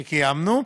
שקיימנו,